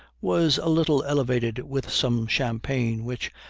was a little elevated with some champagne, which,